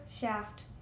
shaft